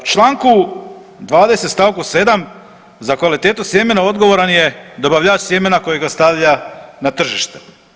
U članku 20. stavku 7. za kvalitetu sjemena odgovoran je dobavljač sjemena koji ga stavlja na tržište.